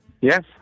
Yes